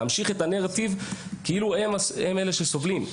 להמשיך את הנרטיב כאילו הם אלה שסובלים.